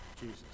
Jesus